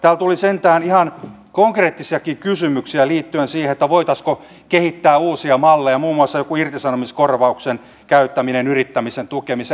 täällä tuli sentään ihan konkreettisiakin kysymyksiä liittyen siihen voitaisiinko kehittää uusia malleja muun muassa joku irtisanomiskorvauksen käyttäminen yrittämisen tukemiseen